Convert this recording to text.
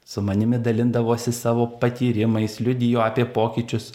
su manimi dalindavosi savo patyrimais liudijo apie pokyčius